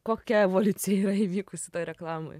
kokia evoliucija yra įvykusi toj reklamoj